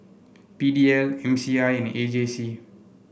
P D L M C I and A J C